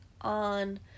on